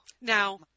Now